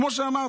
כמו שאמרת,